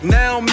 now